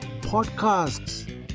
podcasts